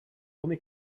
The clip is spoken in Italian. come